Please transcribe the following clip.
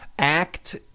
Act